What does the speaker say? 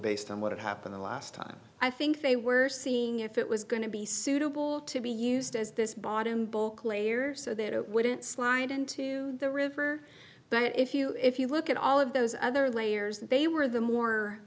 based on what had happened the last time i think they were seeing if it was going to be suitable to be used as this bottom bulk layer so that it wouldn't slide into the river but if you if you look at all of those other layers they were the more